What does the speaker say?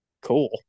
Cool